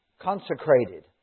consecrated